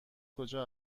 کجا